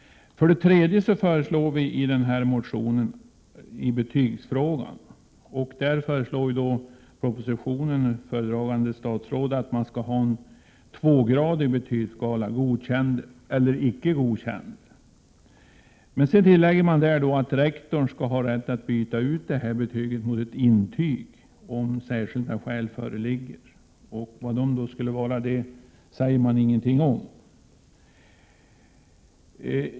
Vidare kommer vi i motionen med ett förslag i betygsfrågan. Föredragande statsrådet föreslår en tvågradig betygsskala — godkänd eller icke godkänd — men tillägger att rektor skall ha rätt att byta ut betyget mot ett intyg, om särskilda skäl föreligger. Vilka de skälen skulle vara sägs det ingenting om.